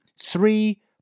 three